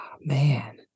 man